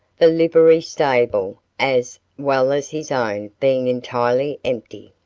the livery stable as well as his own being entirely empty.